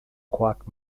quark